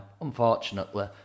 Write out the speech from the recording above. Unfortunately